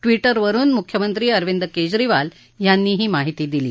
ट्विटरवरुन मुख्यमंत्री अरविंद केजरीवाल यांनी ही माहिती दिली आहे